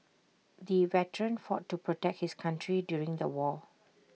the veteran fought to protect his country during the war